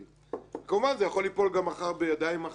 כמובן, זה יכול ליפול גם מחר בידיים אחרות,